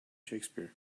shakespeare